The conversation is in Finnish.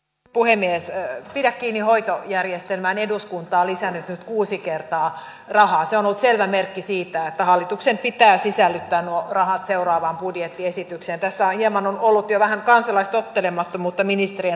valiokunta pitää kiinni hoitoa järjestelmän eduskunta on lisännyt nyt kuusi kertaa rahaa saanut selvä merkki siitä jatkossa välttämättömänä arvioida aiempaa kattavammin säästöjen ja talouden sopeutustoimien kokonaistaloudellisia vaikutuksia eri väestöryhmiin pitkällä aikavälillä